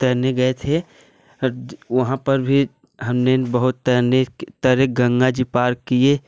तैरने गए थे द वहाँ पर भी हमने बहुत तैरने की तैरे गंगा जी पार किए